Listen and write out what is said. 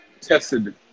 tested